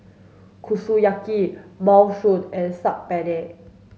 Kushiyaki Minestrone and Saag Paneer